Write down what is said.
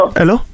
Hello